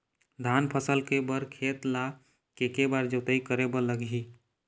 धान फसल के बर खेत ला के के बार जोताई करे बर लगही?